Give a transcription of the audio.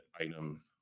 item